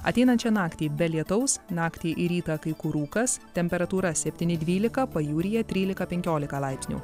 ateinančią naktį be lietaus naktį ir rytą kai kur rūkas temperatūra septyni dvylika pajūryje trylika penkiolika laipsnių